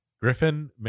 Griffin